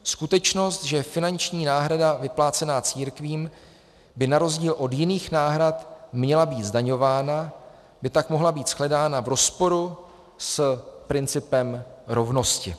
Skutečnost, že finanční náhrada vyplácená církvím by na rozdíl od jiných náhrad měla být zdaňována, by tak mohla být shledána v rozporu s principem rovnosti.